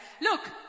look